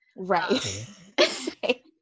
Right